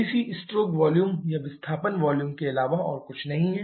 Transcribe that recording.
cc stroke volume या विस्थापन volume के अलावा और कुछ भी नहीं है